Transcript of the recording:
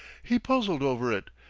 he puzzled over it,